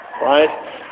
Right